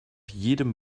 jedem